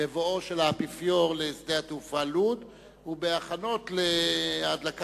בבואו של האפיפיור לנמל התעופה בלוד ובהכנות להדלקת,